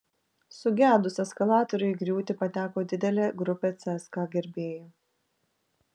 sugedus eskalatoriui į griūtį pateko didelė grupė cska gerbėjų